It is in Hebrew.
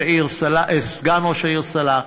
סגן ראש העיר סאלח,